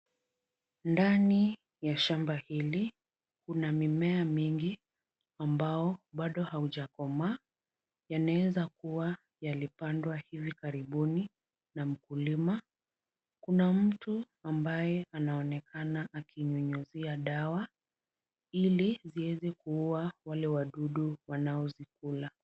Ndani ya shamba hili, kuna mimea mingi ambao bado haujakomaa. Yanaweza kuwa yalipandwa hivi karibuni na mkulima. Kuna mtu ambaye anaonekana akinyunyuzia dawa, ili zieze kuua wale wadudu wanaozikula.